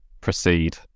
proceed